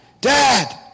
Dad